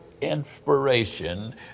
inspiration